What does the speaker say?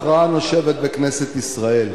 רוח רעה נושבת בכנסת ישראל.